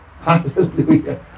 Hallelujah